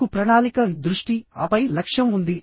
మీకు ప్రణాళిక దృష్టి ఆపై లక్ష్యం ఉంది